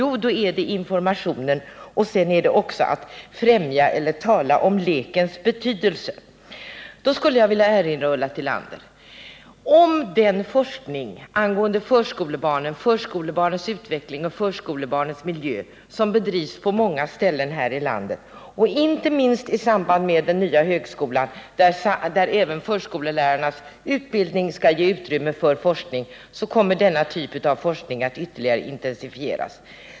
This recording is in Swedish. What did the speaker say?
Jo, då är det informationen, och sen är det också talet om lekens betydelse. Jag skulle vilja erinra Ulla Tillander om den forskning angående förskolebarnens utveckling och förskolebarnens miljö som bedrivs på många ställen här i landet. Inte minst inom den nya högskolan, där även förskollärarnas utbildning skall ge utrymme för forskning, kommer denna typ av forskning att ytterligare intensifieras.